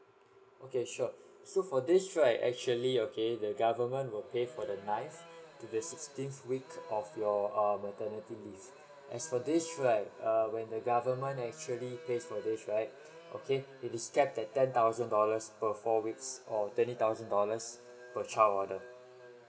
okay sure so for this right actually okay the government will pay for the ninth to the sixteenth week of your err maternity leave as for this right err when the government actually pays for this right okay it is capped at ten thousand dollars per four weeks or twenty thousand dollars per child order